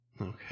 Okay